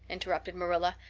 interrupted marilla.